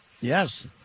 Yes